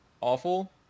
awful